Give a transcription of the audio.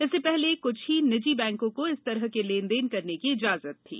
इससे पहले कुछ ही निजी बैंकों को इस तरह के लेन देन करने की इजाजत थी